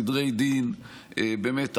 סדרי דין באמת ארכאיים,